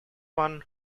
one